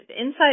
inside